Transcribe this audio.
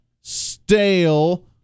stale